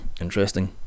interesting